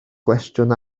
gwestiwn